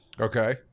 Okay